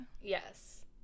Yes